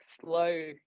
slow